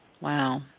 Wow